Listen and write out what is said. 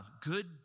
good